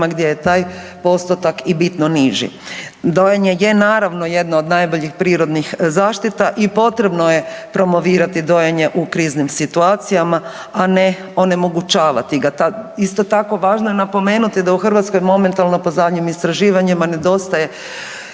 gdje je taj postotak i bitno niži. Dojenje je naravno jedno od najboljih prirodnih zaštita i potrebno je promovirati dojenje u kriznim situacijama, a ne onemogućavati ga. Isto tako važno je napomenuti da u Hrvatskoj momentalno po zadnjim istraživanjima nedostaje